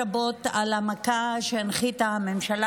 חמלה ואהבה של חמאס בעיקר.